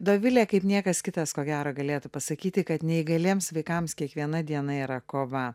dovilė kaip niekas kitas ko gero galėtų pasakyti kad neįgaliems vaikams kiekviena diena yra kova